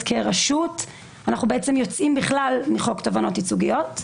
כרשות אנחנו יוצאים בכלל מחוק תובענות ייצוגיות.